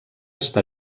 està